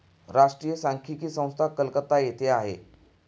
राष्ट्रीय सांख्यिकी संस्था कलकत्ता येथे आहे